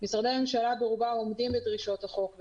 ברובם עומדים בדרישות החוק,